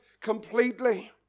completely